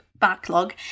backlog